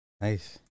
nice